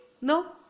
No